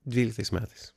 dvyliktais metais